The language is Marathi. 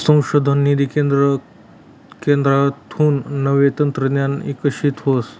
संशोधन निधी केंद्रकडथून नवं तंत्रज्ञान इकशीत व्हस